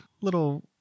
little